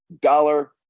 dollar